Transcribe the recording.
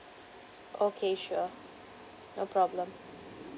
okay sure no problem